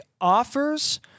offers